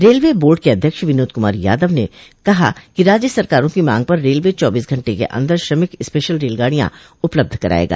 railway board के अध्यक्ष विनोद कुमार यादव ने कहा कि राज्य सरकारों की मांग पर रेलवे चौबीस घंटे के अंदर श्रमिक स्पेशल रेलगाडियां उपलब्ध कराएगा